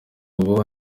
ubu